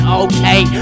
okay